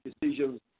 decisions